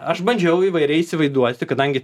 aš bandžiau įvairiai įsivaizduoti kadangi